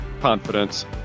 confidence